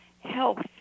health